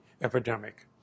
epidemic